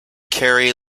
carry